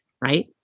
right